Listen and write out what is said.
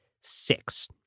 six